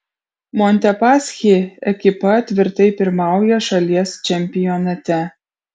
montepaschi ekipa tvirtai pirmauja šalies čempionate